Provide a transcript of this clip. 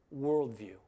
worldview